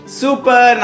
super